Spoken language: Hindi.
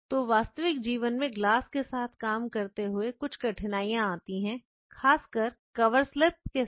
तो वास्तविक जीवन में ग्लास के साथ काम करते हुए कुछ कठिनाइयां आती हैं खासकर कवर स्लीप के साथ